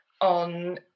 on